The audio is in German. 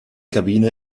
kabine